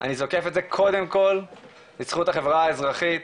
אני זוקף את זה קודם כל לזכות החברה האזרחית,